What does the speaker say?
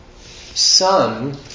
Son